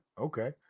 okay